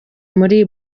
muri